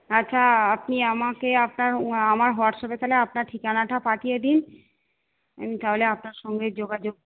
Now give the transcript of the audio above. আচ্ছা আপনি আমাকে আপনার আমার হোয়াটসঅ্যাপে তাহলে আপনার ঠিকানাটা পাঠিয়ে দিন আমি তাহলে আপনার সঙ্গে যোগাযোগ